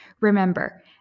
Remember